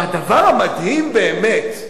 והדבר המדהים באמת,